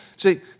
See